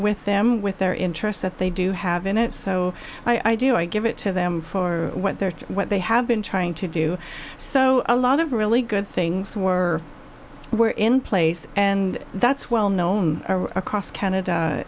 with them with their interest that they do have in it so i do i give it to them for what they're what they have been trying to do so a lot of really good things were were in place and that's well known across canada